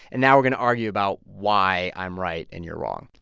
and now we're going to argue about why i'm right and you're wrong?